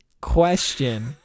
question